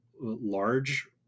large